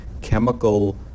chemical